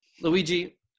Luigi